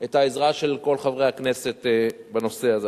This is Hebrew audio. את העזרה של כל חברי הכנסת בנושא הזה.